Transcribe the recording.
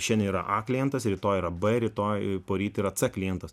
šiandien yra a klientas rytoj yra b rytoj poryt klientas